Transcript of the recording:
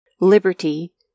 liberty